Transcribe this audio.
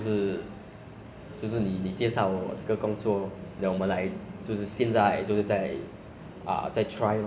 我出去找那个我不知道你是在找我什么工作 ah then 我就随便去找 lor